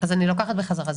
אז אני לוקחת את דבריי בחזרה,